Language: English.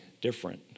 different